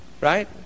Right